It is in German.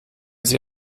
sie